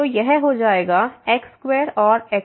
तो यह हो जाएगा x2 और x2